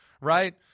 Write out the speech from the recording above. right